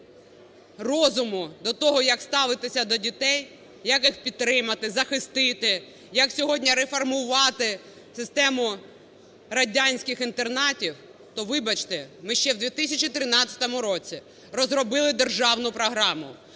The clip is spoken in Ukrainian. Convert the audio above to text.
розуму до того, як ставитися до дітей, як їх підтримати, захистити, як сьогодні реформувати систему радянських інтернатів, то, вибачте, ми ще у 2013 році розробили державну програму,